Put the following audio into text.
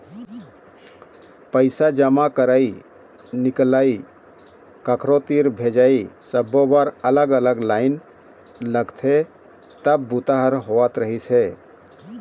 पइसा जमा करई, निकलई, कखरो तीर भेजई सब्बो बर अलग अलग लाईन लगथे तब बूता ह होवत रहिस हे